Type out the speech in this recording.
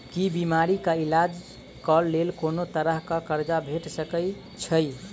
की बीमारी कऽ इलाज कऽ लेल कोनो तरह कऽ कर्जा भेट सकय छई?